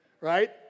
right